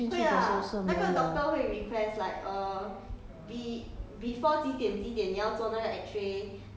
ah maybe ya ah 因为我记得我住进去的时候是没有